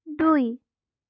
দুই